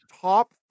top